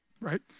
Right